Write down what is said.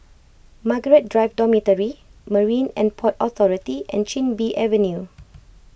Margaret Drive Dormitory Marine and Port Authority and Chin Bee Avenue